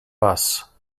bus